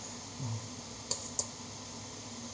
uh